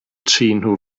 trin